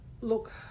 Look